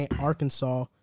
Arkansas